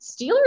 Steelers